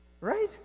right